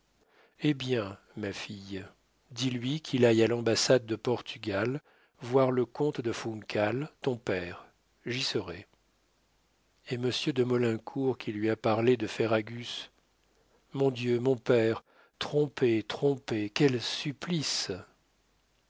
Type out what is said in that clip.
eh bien ma fille dis-lui qu'il aille à l'ambassade de portugal voir le comte de funcal ton père j'y serai et monsieur de maulincour qui lui a parlé de ferragus mon dieu mon père tromper tromper quel supplice